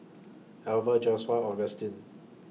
Alver Joshua Augustine